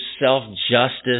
self-justice